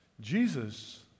Jesus